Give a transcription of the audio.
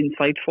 insightful